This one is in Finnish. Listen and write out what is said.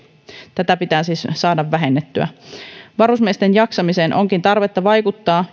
tätä pitää siis saada vähennettyä varusmiesten jaksamiseen onkin tarvetta vaikuttaa